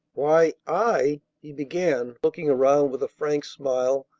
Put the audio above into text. why, i, he began, looking around with a frank smile,